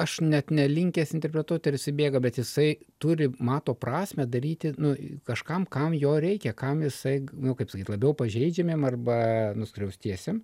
aš net nelinkęs interpretuot ar jisai bėga bet jisai turi mato prasmę daryti nu kažkam kam jo reikia kam jisai kaip sakyt labiau pažeidžiamiem arba nuskriaustiesiem